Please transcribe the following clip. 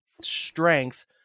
strength